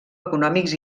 econòmics